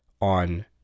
On